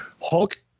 Hulk